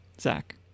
zach